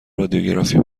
رادیوگرافی